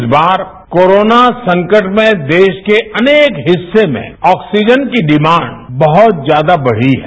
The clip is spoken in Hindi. इस बार कोरोना संकट में देश के अनेक हिस्से में ऑक्सीजन की डिमांड बहुत ज्यादा बढ़ी है